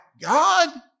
God